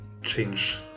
change